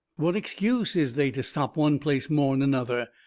what excuse is they to stop one place more'n another?